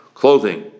clothing